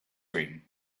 cream